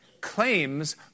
Claims